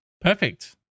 perfect